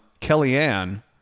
Kellyanne